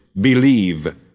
believe